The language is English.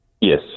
Yes